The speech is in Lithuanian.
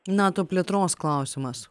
nato plėtros klausimas